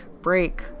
break